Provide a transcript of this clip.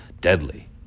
deadly